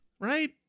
right